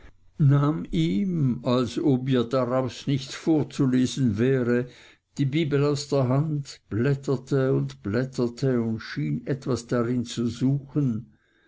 nahm ihm als ob ihr daraus nichts vorzulesen wäre die bibel aus der hand blätterte und blätterte und schien etwas darin zu suchen